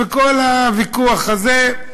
וכל הוויכוח הזה,